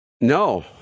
no